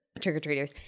trick-or-treaters